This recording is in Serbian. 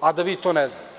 a da vi to ne znate.